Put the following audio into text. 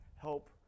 help